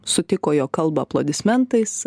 sutiko jo kalbą aplodismentais